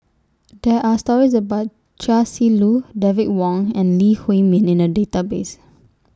There Are stories about Chia Si Lu David Wong and Lee Huei Min in The Database